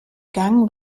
gang